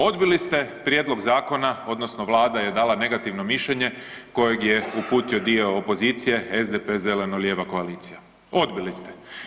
Odbili ste prijedlog zakona odnosno Vlada je dala negativno mišljenje kojeg je uputio dio opozicije, SDP – zeleno-lijeva koalicija, odbili ste.